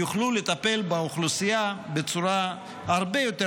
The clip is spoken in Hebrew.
יוכלו לטפל באוכלוסייה בצורה הרבה יותר